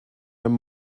and